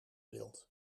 wild